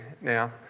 now